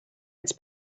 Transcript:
its